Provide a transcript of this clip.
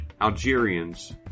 Algerians